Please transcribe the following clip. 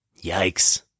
Yikes